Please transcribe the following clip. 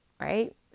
right